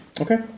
Okay